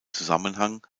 zusammenhang